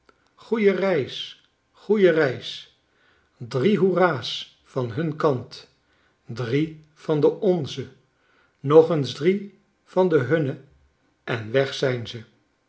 groeie reis goeie reis goede reis drie hoerah's van hun kant drie van den onzen nog eens drie van den hunnen en weg zijn ze